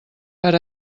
per